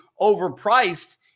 overpriced